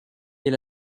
est